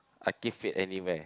I give it anyway